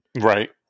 right